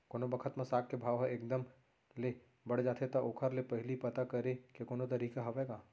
कोनो बखत म साग के भाव ह एक दम ले बढ़ जाथे त ओखर ले पहिली पता करे के कोनो तरीका हवय का?